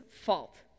fault